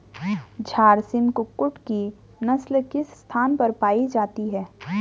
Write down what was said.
झारसिम कुक्कुट की नस्ल किस स्थान पर पाई जाती है?